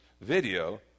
video